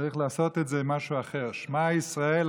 צריך לעשות את זה משהו אחר: שמע ישראל,